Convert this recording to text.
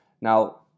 Now